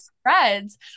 spreads